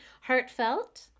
Heartfelt